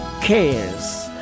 cares